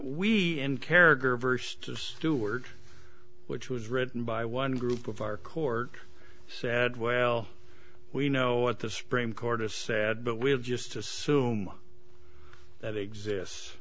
verster stewart which was written by one group of our court said well we know what the supreme court is sad but we'll just assume that exists